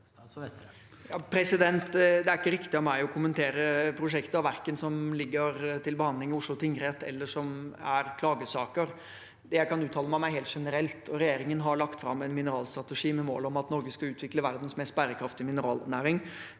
Det er ikke riktig av meg å kommentere prosjekter, verken de som ligger til behandling i Oslo tingrett, eller som er klagesaker. Det jeg kan uttale meg om, er helt generelt. Regjeringen har lagt fram en mineralstrategi med mål om at Norge skal utvikle verdens mest bærekraftige mineralnæring,